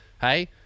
Hey